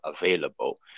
available